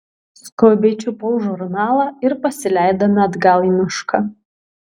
skubiai čiupau žurnalą ir pasileidome atgal į mišką